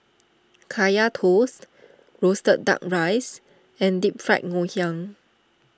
Kaya Toast Roasted Duck Rice and Deep Fried Ngoh Hiang